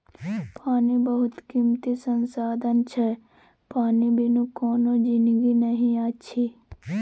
पानि बहुत कीमती संसाधन छै पानि बिनु कोनो जिनगी नहि अछि